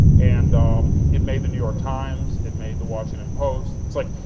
and um it made the new york times, it made the washington post it's like,